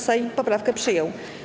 Sejm poprawkę przyjął.